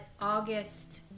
August